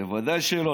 בוודאי שלא.